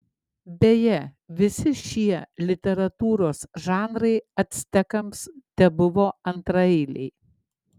beje visi šie literatūros žanrai actekams tebuvo antraeiliai